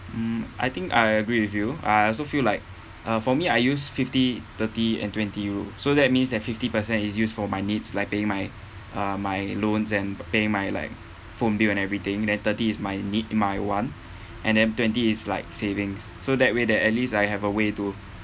mm I think I agree with you I also feel like uh for me I used fifty thirty and twenty rule so that means that fifty percent is used for my needs like paying my uh my loans and pay my like phone bill and everything then thirty is my need my want and then twenty is like savings so that way that at least I have a way to